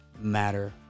matter